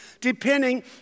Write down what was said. depending